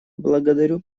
благодарю